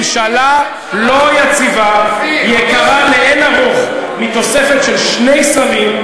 ממשלה לא יציבה יקרה לאין ערוך מתוספת של שני שרים,